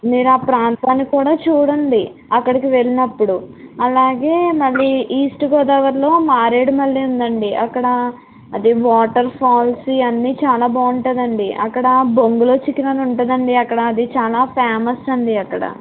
మీరా ప్రాంతాన్ని కూడా చూడండి అక్కడికి వెళ్ళినప్పుడు అలాగే మళ్ళీ ఈస్ట్ గోదావరిలో మారేడుమల్లి ఉందండి అక్కడ అది వాటర్ ఫాల్స్ ఇవన్నీ చాలా బాగుంటుందండి అక్కడ బొంగులో చికెన్ అని ఉంటుందండీ అక్కడ అది చాలా ఫేమస్ అండీ అక్కడ